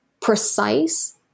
precise